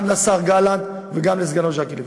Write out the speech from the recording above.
גם לשר גלנט וגם לסגנו ז'קי לוי.